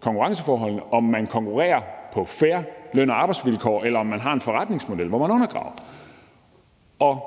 konkurrenceforholdene, om man konkurrerer på fair løn- og arbejdsvilkår, eller om man har en forretningsmodel, hvor man undergraver det.